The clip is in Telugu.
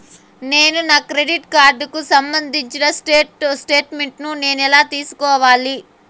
నేను నా క్రెడిట్ కార్డుకు సంబంధించిన స్టేట్ స్టేట్మెంట్ నేను ఎలా తీసుకోవాలి?